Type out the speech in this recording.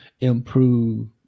improve